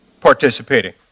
participating